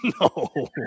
No